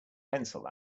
pencil